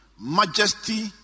majesty